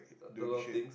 a a lot of things